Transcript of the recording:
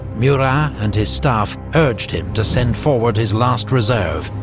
murat and his staff urged him to send forward his last reserve,